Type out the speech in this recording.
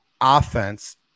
offense